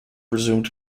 resumed